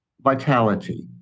vitality